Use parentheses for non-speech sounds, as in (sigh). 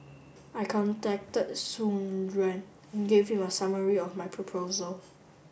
I contacted Soon (unintelligible) and gave him a summary of my proposal